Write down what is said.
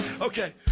Okay